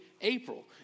April